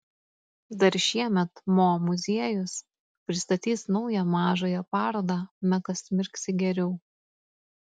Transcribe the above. dar šiemet mo muziejus pristatys naują mažąją parodą mekas mirksi geriau